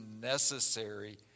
necessary